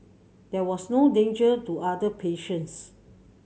there was no danger to other patients